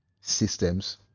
systems